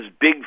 big